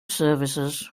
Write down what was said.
services